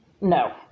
No